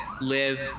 live